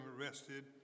arrested